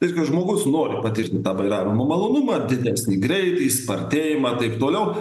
ir kad žmogus nori patirti tą vairavimo malonumą didesnį greitį spartėjimą taip toliau